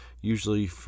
usually